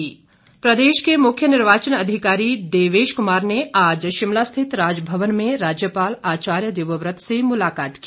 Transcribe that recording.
भेंट प्रदेश के मुख्य निर्वाचन अधिकारी देवेश कुमार ने आज शिमला स्थित राजभवन में राज्यपाल आचार्य देवव्रत से मुलाकात की